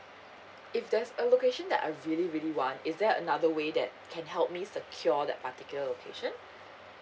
if there's a location that I really really want is there another way that can help me secure that particular location